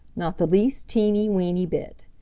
not the least teeny, weeny bit.